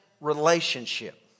relationship